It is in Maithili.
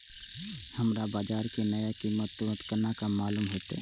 हमरा बाजार के नया कीमत तुरंत केना मालूम होते?